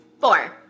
four